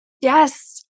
Yes